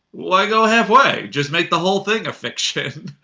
why go halfway? just make the whole thing a fiction.